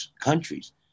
countries